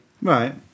Right